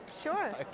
Sure